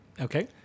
Okay